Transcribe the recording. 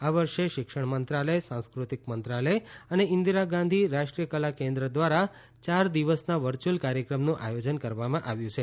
આ વર્ષે શિક્ષણ મંત્રાલય સાંસ્કૃતિક મંત્રાલય અને ઈન્દિરા ગાંધી રાષ્ટ્રીય કલા કેન્દ્ર દ્વારા યાર દિવસના વર્ચ્યુઅલ કાર્યક્રમનું આયોજન કરવામાં આવ્યું છે